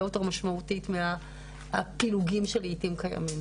יותר משמעותית מהפילוגים שלעיתים קיימים.